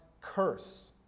curse